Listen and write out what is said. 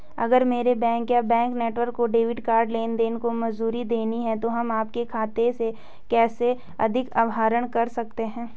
अगर मेरे बैंक या बैंक नेटवर्क को डेबिट कार्ड लेनदेन को मंजूरी देनी है तो हम आपके खाते से कैसे अधिक आहरण कर सकते हैं?